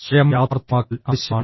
സ്വയം യാഥാർത്ഥ്യമാക്കൽ ആവശ്യമാണ്